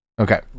okay